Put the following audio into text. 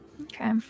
Okay